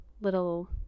little